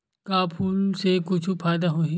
का फूल से कुछु फ़ायदा होही?